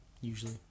Usually